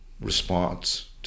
response